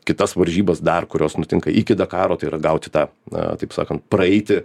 kitas varžybas dar kurios nutinka iki dakaro tai yra gauti tą na taip sakant praeiti